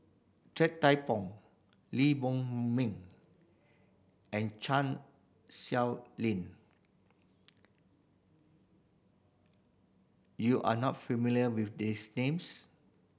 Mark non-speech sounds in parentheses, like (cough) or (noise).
Ted De Pong Lee Boon Ming and Chan (unintelligible) Lin you are not familiar with these names